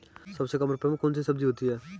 सबसे कम रुपये में कौन सी सब्जी होती है?